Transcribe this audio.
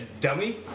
dummy